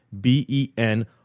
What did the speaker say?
b-e-n